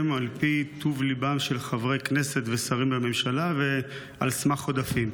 על פי טוב ליבם של חברי כנסת ושרי הממשלה ועל סמך עודפים.